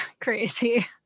crazy